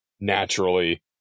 naturally